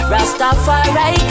Rastafari